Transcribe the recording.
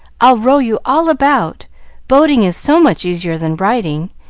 i'll row you all about boating is so much easier than riding,